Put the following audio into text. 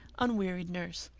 unwearied nurse.